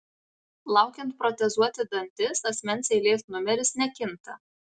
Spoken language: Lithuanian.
laukiant protezuoti dantis asmens eilės numeris nekinta